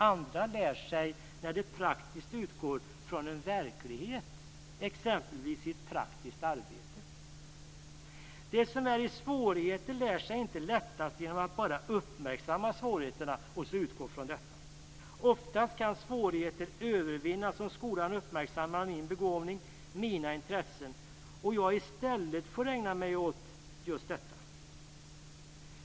Andra lär sig när de praktiskt utgår från en verklighet, exempelvis i ett praktiskt arbete. De som är i svårigheter lär sig inte lättast genom att bara uppmärksamma svårigheterna och utgå från dessa. Oftast kan svårigheter övervinnas om skolan uppmärksammar min begåvning och mina intressen och jag i stället får ägna mig åt just dessa.